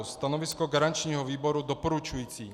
Stanovisko garančního výboru je doporučující.